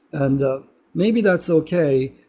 and ah maybe that's okay,